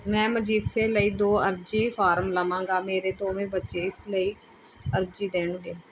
ਮੈਂ ਵਜ਼ੀਫ਼ੇ ਲਈ ਦੋ ਅਰਜ਼ੀ ਫਾਰਮ ਲਵਾਂਗਾ ਮੇਰੇ ਦੋਵੇਂ ਬੱਚੇ ਇਸ ਲਈ ਅਰਜ਼ੀ ਦੇਣਗੇ